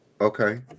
Okay